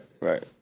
right